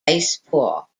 baseball